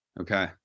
Okay